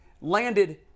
landed